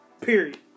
Period